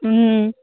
হুম